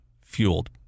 fueled